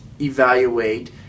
evaluate